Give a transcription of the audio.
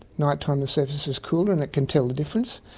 night-time the surface is cooler and it can tell the difference.